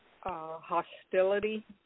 hostility